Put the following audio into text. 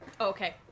Okay